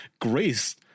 Grace